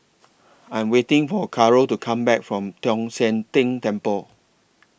I'm waiting For Caro to Come Back from Tong Sian Tng Temple